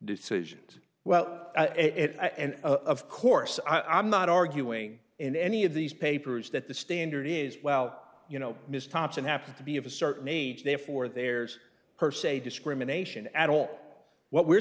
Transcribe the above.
decisions well it and of course i'm not arguing in any of these papers that the standard is well you know ms thompson happened to be of a certain age therefore there's per se discrimination at all what we're